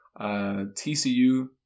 TCU